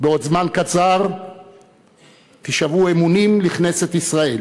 בעוד זמן קצר תישבעו אמונים לכנסת ישראל.